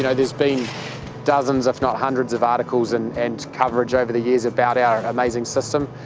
yeah there's been dozens, if not hundreds, of articles and and coverage over the years about our amazing system,